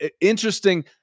Interesting